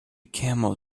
camel